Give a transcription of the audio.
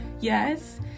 yes